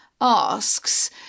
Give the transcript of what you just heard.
asks